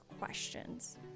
questions